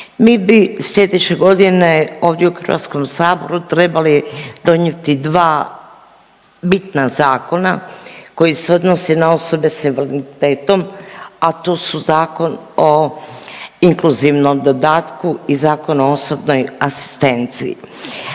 Mi bi sljedeće godine ovdje u Hrvatskom saboru trebali donijeti dva bitna zakona koji se odnosi na osobe sa invaliditetom, a to su Zakon o inkluzivnom dodatku i Zakon o osobnoj asistenciji.